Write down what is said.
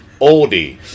oldie